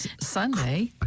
sunday